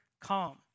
calm